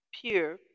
pure